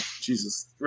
Jesus